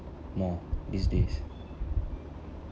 uh these days